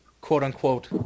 quote-unquote